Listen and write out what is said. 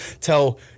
Tell